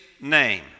name